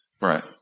Right